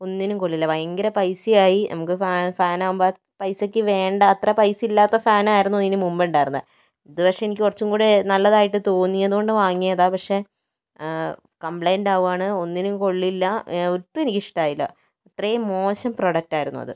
ഒന്നിനും കൊള്ളില്ല ഭയങ്കര പൈസയായി നമുക്ക് ഫാ ഫാനാകുമ്പം പൈസയ്ക്ക് വേണ്ട അത്ര പൈസയില്ലാത്ത ഫാനായിരുന്നു ഇതിന് മുൻപുണ്ടായിരുന്നത് ഇത് പക്ഷെ എനിക്ക് കൊറച്ചും കൂടെ നല്ലതായിട്ട് തോന്നിയതുകൊണ്ട് വാങ്ങിയതാണ് പക്ഷെ കംപ്ലൈൻറ്റാവാണ് ഒന്നിനും കൊള്ളില്ല ഒട്ടും എനിക്കിഷ്ടമായില്ല അത്രയും മോശം പ്രൊഡക്ടായിരുന്നു അത്